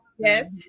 Yes